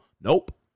Nope